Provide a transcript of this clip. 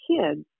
kids